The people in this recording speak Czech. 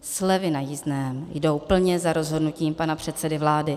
Slevy na jízdném jdou plně za rozhodnutím pana předsedy vlády.